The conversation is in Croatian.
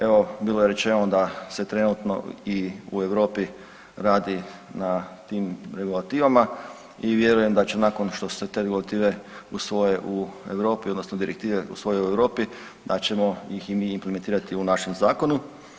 Evo bilo je rečeno da se trenutno i u Europi radi na tim regulativama i vjerujem da će nakon što se te regulative usvoje u Europi odnosno direktive usvoje u Europi da ćemo ih i mi implementirati u našem zakonu.